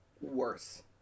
worse